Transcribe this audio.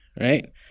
right